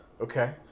okay